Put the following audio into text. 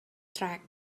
track